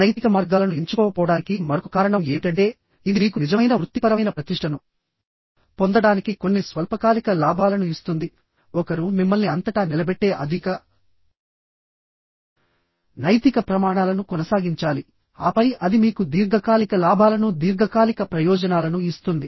అనైతిక మార్గాలను ఎంచుకోకపోవడానికి మరొక కారణం ఏమిటంటే ఇది మీకు నిజమైన వృత్తిపరమైన ప్రతిష్టను పొందడానికి కొన్ని స్వల్పకాలిక లాభాలను ఇస్తుంది ఒకరు మిమ్మల్ని అంతటా నిలబెట్టే అధిక నైతిక ప్రమాణాలను కొనసాగించాలి ఆపై అది మీకు దీర్ఘకాలిక లాభాలను దీర్ఘకాలిక ప్రయోజనాలను ఇస్తుంది